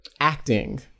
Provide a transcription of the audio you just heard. Acting